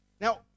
Now